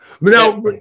Now